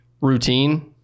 routine